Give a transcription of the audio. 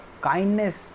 kindness